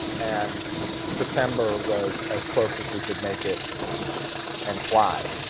and september was as close as we could make it and fly.